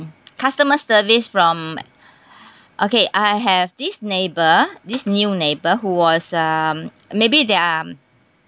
customer service from okay I have this neighbour this new neighbour who was um maybe they are